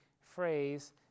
phrase